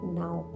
now